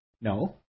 No